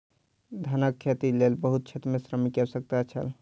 धानक खेतीक लेल बहुत क्षेत्र में श्रमिक के आवश्यकता छल